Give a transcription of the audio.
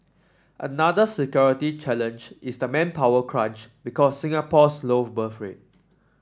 another security challenge is the manpower crunch because Singapore's low birth rate